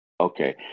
Okay